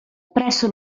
presso